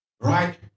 right